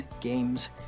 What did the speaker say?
games